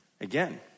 Again